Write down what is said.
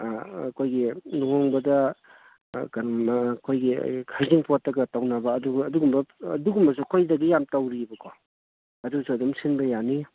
ꯑꯩꯈꯣꯏꯒꯤ ꯂꯨꯍꯣꯡꯕꯗ ꯀꯩꯅꯣ ꯑꯩꯈꯣꯏꯒꯤ ꯍꯩꯖꯤꯡꯄꯣꯠꯇꯒ ꯇꯧꯅꯕ ꯑꯗꯨꯒꯨꯝꯕꯗꯨꯁꯨ ꯑꯩꯈꯣꯏꯗꯗꯤ ꯌꯥꯝ ꯇꯧꯔꯤꯕꯀꯣ ꯑꯗꯨꯁꯨ ꯑꯗꯨꯝ ꯁꯤꯟꯕ ꯌꯥꯅꯤ